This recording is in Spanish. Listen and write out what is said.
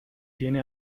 tiene